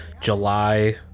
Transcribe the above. July